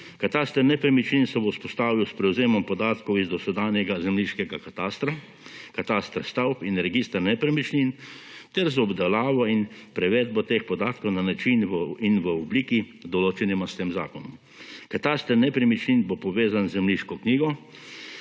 Kataster nepremičnin se bo vzpostavil s prevzemom podatkov iz dosedanjega zemljiškega katastra, katastra stavb in registra nepremičnin ter z obdelavo in prevedbo teh podatkov na način in v obliki, določenima s tem zakonom. Kataster nepremičnin bo povezan z zemljiško knjigo,